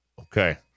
Okay